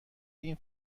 این